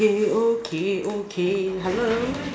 okay okay hello